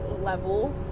level